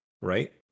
right